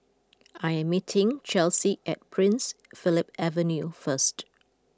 I am meeting Chelsey at Prince Philip Avenue first